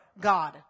God